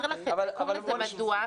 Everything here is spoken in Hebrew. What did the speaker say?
קוראים לזה "מדוע?".